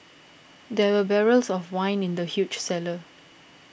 there were barrels of wine in the huge cellar